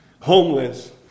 homeless